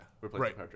right